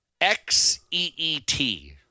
X-E-E-T